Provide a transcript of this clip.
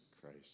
Christ